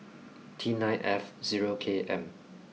T nine F zero K M